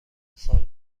سالن